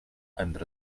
and